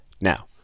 Now